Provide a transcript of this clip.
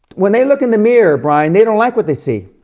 when they look in the mirror brian, they don't like what they see.